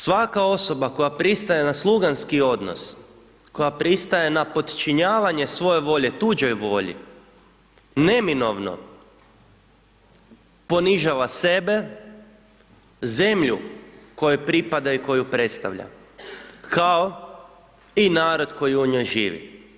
Svaka osoba koja pristaje na sluganski odnos, koja pristaje na potčinjavanje svoje volje tuđoj volji, neminovno ponižava sebe, zemlju kojoj pripada i koju predstavlja, kao i narod koji u njoj živi.